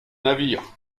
navire